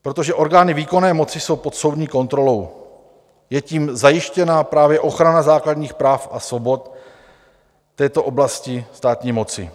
Protože orgány výkonné moci jsou pod soudní kontrolou, je tím zajištěna právě ochrana základních práv a svobod v této oblasti státní moci.